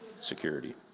security